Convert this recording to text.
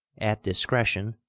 at discretion,